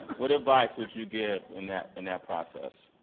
what advice would you give in that and that process?